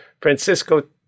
Francisco